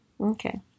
Okay